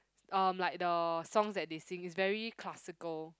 um like the song that they sing is very classical